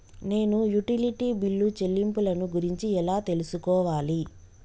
నేను utility bill చెల్లింపులను గురించి ఎలా తెలుసుకోవాలి?